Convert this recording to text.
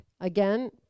again